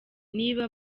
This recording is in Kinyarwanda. niba